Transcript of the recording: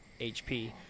HP